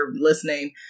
Listening